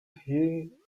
him